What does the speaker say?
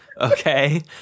okay